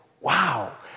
Wow